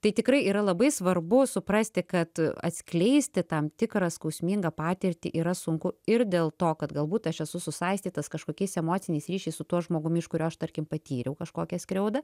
tai tikrai yra labai svarbu suprasti kad atskleisti tam tikrą skausmingą patirtį yra sunku ir dėl to kad galbūt aš esu susaistytas kažkokiais emociniais ryšiais su tuo žmogumi iš kurio aš tarkim patyriau kažkokią skriaudą